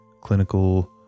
clinical